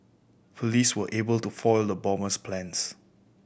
police were able to foil the bomber's plans